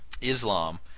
Islam